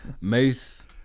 Mace